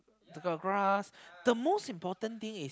the grass the most important thing is